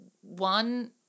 One